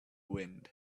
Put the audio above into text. wind